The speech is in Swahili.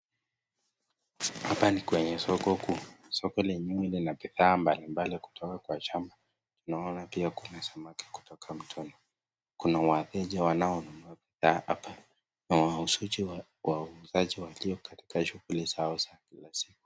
Hapa ninkwenye soko kuu, soko lenyewe lina bidhaa mbali mbali kutoka kwa shamba, naona pia kuna samaki kutoka mtoni, kuna wateja wanaonunua bidha hapa na wauzaji walio katika shughuli zao za kila siku.